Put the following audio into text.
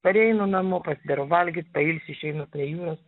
pareinu namo pasidarau valgyt pailsiu išeinu prie jūros